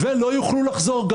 וגם לא יוכלו לחזור.